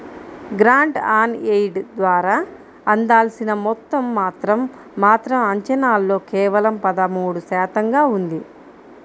grant on aid ద్వారా అందాల్సిన మొత్తం మాత్రం మాత్రం అంచనాల్లో కేవలం పదమూడు శాతంగా ఉంది